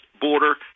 border